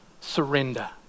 surrender